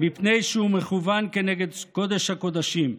מפני שהוא מכוון כנגד קודש הקודשים.